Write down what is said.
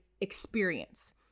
experience